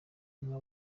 inka